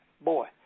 boy